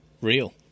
Real